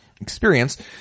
experience